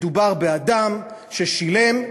מדובר באדם ששילם,